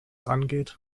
angeht